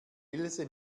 ilse